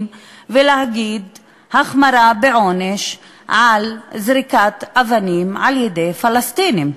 ולהגיד "החמרה בעונש על זריקת אבנים על-ידי פלסטינים"?